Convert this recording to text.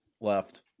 left